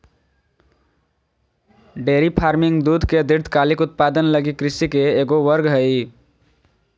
dairy farming दूध के दीर्घकालिक उत्पादन लगी कृषि के एगो वर्ग हइ